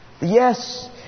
Yes